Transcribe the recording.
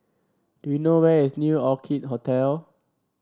do you know where is New Orchid Hotel